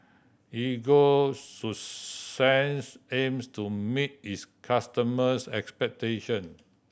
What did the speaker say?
Ego Sunsense aims to meet its customers' expectations